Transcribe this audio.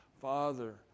Father